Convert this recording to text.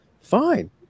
fine